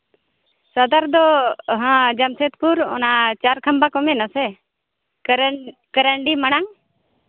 ᱥᱚᱣᱫᱟᱨ ᱫᱚ ᱦᱟ ᱡᱟᱢᱥᱮᱫᱽᱯᱩᱨ ᱚᱱᱟ ᱪᱟᱨ ᱠᱷᱟᱢᱵᱟ ᱠᱚ ᱢᱮᱱᱟᱥᱮ ᱠᱚᱨᱚᱱᱰᱤ ᱢᱟᱲᱟᱝ